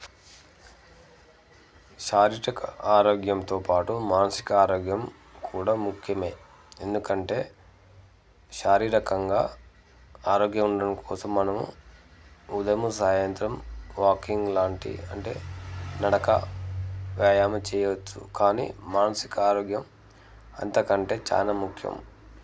శారీరక ఆరోగ్యంతో పాటు మానసిక ఆరోగ్యం కూడా ముఖ్యమే ఎందుకంటే శారీరకంగా ఆరోగ్యం ఉండడం కోసం మనము ఉదయము సాయంత్రం వాకింగ్ లాంటి అంటే నడక వ్యాయామం చెయ్యొచ్చు కానీ మానసిక ఆరోగ్యం అంతకంటే చానా ముఖ్యం